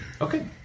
Okay